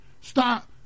stop